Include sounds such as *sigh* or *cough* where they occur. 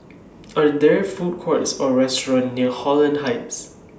*noise* Are There Food Courts Or restaurants near Holland Heights